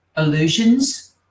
illusions